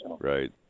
Right